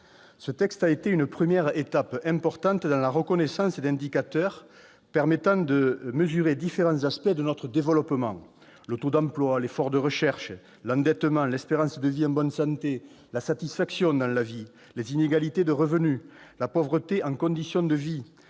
Ce texte a été une première étape importante dans la reconnaissance d'indicateurs permettant de mesurer différents aspects de notre développement : le taux d'emploi, l'effort de recherche, l'endettement, l'espérance de vie en bonne santé, la satisfaction dans la vie, les inégalités de revenus, la pauvreté en conditions de vie,